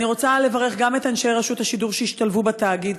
אני רוצה לברך גם את אנשי רשות השידור שהשתלבו בתאגיד,